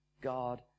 God